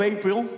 April